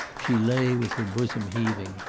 she lay with her bosom heaving.